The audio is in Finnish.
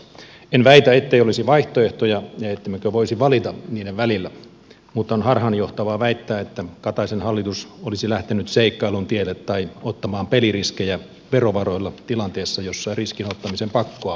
en väitä ettei olisi vaihtoehtoja ja ettemmekö voisi valita niiden välillä mutta on harhaanjohtavaa väittää että kataisen hallitus olisi lähtenyt seikkailun tielle tai ottamaan peliriskejä verovaroilla tilanteessa jossa riskinottamisen pakkoa ei olisi